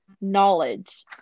knowledge